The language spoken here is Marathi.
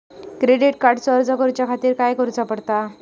क्रेडिट कार्डचो अर्ज करुच्या खातीर काय करूचा पडता?